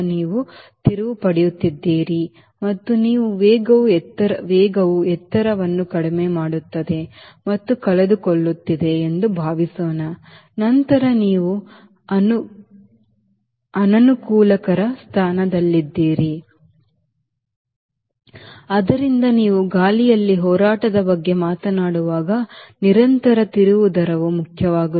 ನೀವು ತಿರುವು ಪಡೆಯುತ್ತಿದ್ದೀರಿ ಮತ್ತು ನಿಮ್ಮ ವೇಗವು ಎತ್ತರವನ್ನು ಕಡಿಮೆ ಮಾಡುತ್ತದೆ ಮತ್ತು ಕಳೆದುಕೊಳ್ಳುತ್ತಿದೆ ಎಂದು ಭಾವಿಸೋಣ ನಂತರ ನೀವು ಅನನುಕೂಲಕರ ಸ್ಥಾನದಲ್ಲಿದ್ದೀರಿ ಆದ್ದರಿಂದ ನೀವು ಗಾಳಿಯಲ್ಲಿ ಹೋರಾಟದ ಬಗ್ಗೆ ಮಾತನಾಡುವಾಗ ನಿರಂತರ ತಿರುವು ದರವು ಮುಖ್ಯವಾಗುತ್ತದೆ